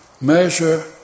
Measure